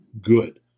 good